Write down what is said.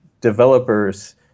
developers